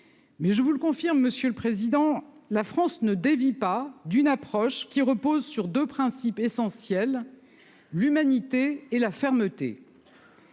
je vous le confirme, monsieur le sénateur, la France ne dévie pas d'une approche qui repose sur deux principes essentiels : l'humanité et la fermeté.